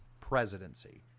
presidency